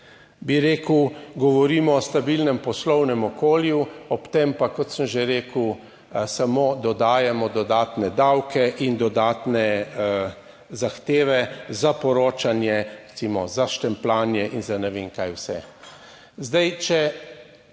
bi rekel, govorimo o stabilnem poslovnem okolju, ob tem pa, kot sem že rekel, samo dodajamo dodatne davke in dodatne zahteve za poročanje, recimo za štempljanje in za ne vem kaj vse.